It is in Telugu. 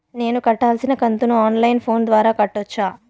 నేను కట్టాల్సిన కంతును ఆన్ లైను ఫోను ద్వారా కట్టొచ్చా?